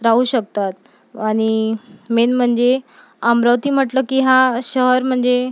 राहू शकतात आणि मेन म्हणजे अमरावती म्हटलं की हा शहर म्हणजे